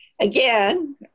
again